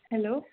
hello